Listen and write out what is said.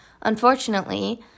unfortunately